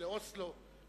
לאוסלו,